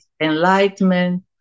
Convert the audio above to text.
enlightenment